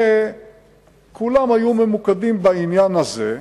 וכולם היו ממוקדים בעניין הזה.